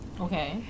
Okay